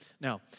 Now